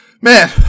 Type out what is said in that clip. man